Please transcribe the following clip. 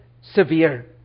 severe